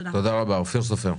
אופיר סופר,